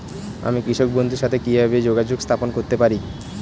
আমি কৃষক বন্ধুর সাথে কিভাবে যোগাযোগ স্থাপন করতে পারি?